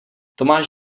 tomáš